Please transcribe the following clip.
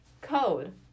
code